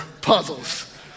puzzles